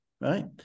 right